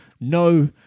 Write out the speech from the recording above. No